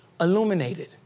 illuminated